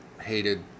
hated